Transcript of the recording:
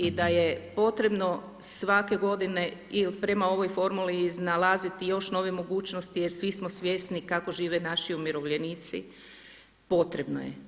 I da je potrebno svake godine i prema ovoj formuli i iznalazi još nove mogućnosti, jer svi smo svjesni kako žive naši umirovljenici, potrebno je.